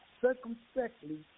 circumspectly